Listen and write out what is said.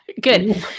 Good